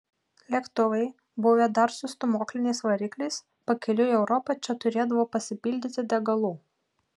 lėktuvai buvę dar su stūmokliniais varikliais pakeliui į europą čia turėdavo pasipildyti degalų